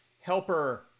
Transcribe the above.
helper